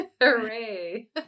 Hooray